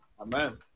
Amen